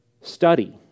Study